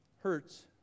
hurts